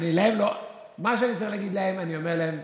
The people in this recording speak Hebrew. מה שאני צריך להגיד להם אני אומר להם,